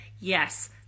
yes